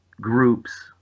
groups